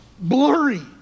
blurry